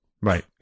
Right